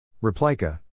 Replica